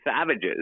savages